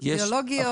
בילוגיות.